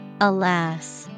Alas